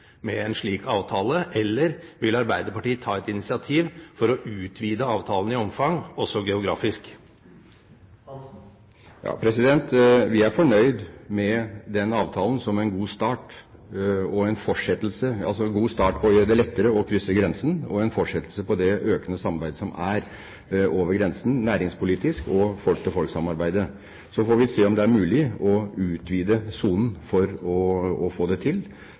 med en slik avtale, eller vil Arbeiderpartiet ta et initiativ for å utvide avtalen i omfang, også geografisk? Vi er fornøyd med den avtalen som en god start på å gjøre det lettere å krysse grensen og som en fortsettelse av det økende samarbeidet over grensen – næringspolitisk og folk til folk-samarbeidet. Så får vi se om det er mulig å utvide sonen,